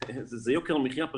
זה יוקר מחיה,